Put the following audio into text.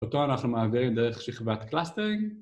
אותו אנחנו מעבירים דרך שכבת קלאסטרינג